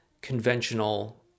conventional